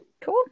Cool